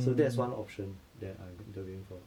so that's one option that I'm interviewing for